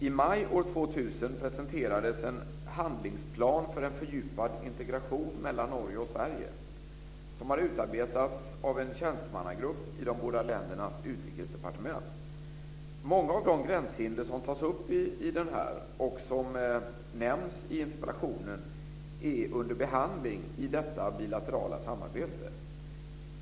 I maj år 2000 presenterades en Handlingsplan för en fördjupad integration mellan Norge och Sverige, som har utarbetats av en tjänstemannagrupp i de båda ländernas utrikesdepartement. Många av de gränshinder som tas upp i denna och som nämns i interpellationen är under behandling i detta bilaterala samarbete.